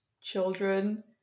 children